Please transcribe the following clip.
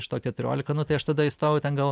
iš to keturiolika nu tai aš tada įstojau ten gal